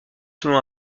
selon